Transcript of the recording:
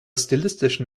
stilistischen